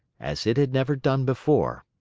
as it had never done before.